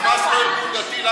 חמאס לא ארגון דתי?